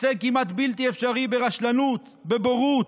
הישג כמעט בלתי אפשרי, ברשלנות, בבורות.